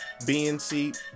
BNC